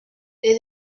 les